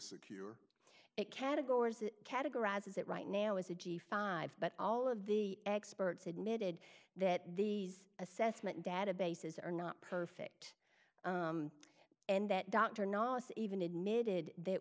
squirrel it categories it categorizes it right now is a g five but all of the experts admitted that these assessment databases are not perfect and that dr not even admitted that